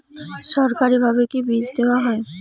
সরকারিভাবে কি বীজ দেওয়া হয়?